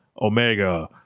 Omega